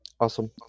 Awesome